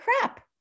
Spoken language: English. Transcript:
crap